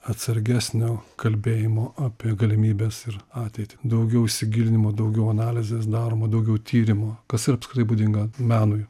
atsargesnio kalbėjimo apie galimybes ir ateitį daugiau įsigilinimo daugiau analizės daroma daugiau tyrimų kas yra apskritai būdinga menui